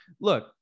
look